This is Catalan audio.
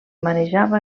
manejava